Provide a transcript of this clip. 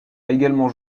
également